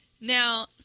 Now